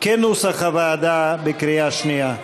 כנוסח הוועדה, בקריאה שנייה.